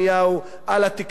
על התקשורת החופשית.